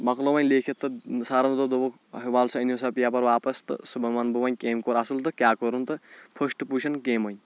مۄکلو وۄنۍ لیکھِتھ تہٕ سَرَن دوٚپ دوٚپُکھ وول سا أنِو سا پیپَر واپَس تہٕ صُبَحن وَنہٕ بہٕ وۄنۍ کٔمۍ کوٚر اَصٕل تہٕ کیاہ کوٚرُن تہٕ فسٹ پُزیٖشَن کٔمۍ أنۍ